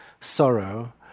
sorrow